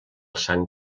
sant